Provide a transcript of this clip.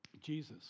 jesus